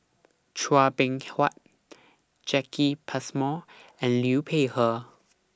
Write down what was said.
Chua Beng Huat Jacki Passmore and Liu Peihe